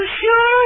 sure